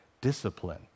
discipline